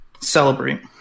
celebrate